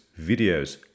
videos